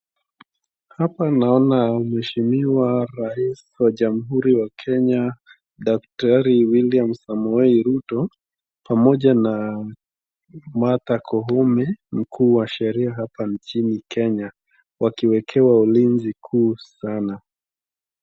Hapa naona mheshimiwa rais wa jamhuri wa Kenya daktari William Samoei Ruto pamoja na Martha Koome Mkuu wa sheria hapa nchini Kenya wakiwekewa ulinzi kuu sana.